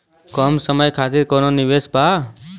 कम समय खातिर कौनो निवेश बा?